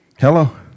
Hello